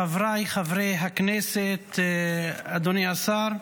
חבריי חברי הכנסת, אדוני השר,